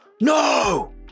No